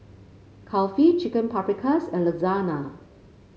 Kulfi Chicken Paprikas and Lasagna